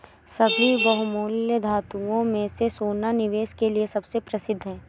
सभी बहुमूल्य धातुओं में से सोना निवेश के लिए सबसे प्रसिद्ध है